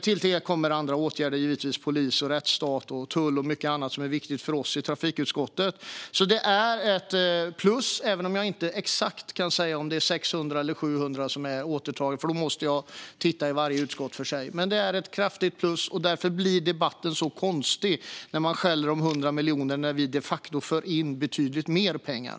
Till det kommer givetvis åtgärder som polis, rättsstat, tull och mycket annat som är viktigt för oss i trafikutskottet. Det är alltså ett plus, även om jag inte kan säga exakt om det är 600 eller 700 miljoner som är återtagna; i så fall måste jag titta på varje utskott för sig. Men det är ett kraftigt plus, och därför blir debatten så konstig. Man skäller om 100 miljoner när vi de facto för in betydligt mer pengar.